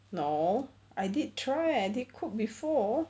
no I did try eh I did cooked before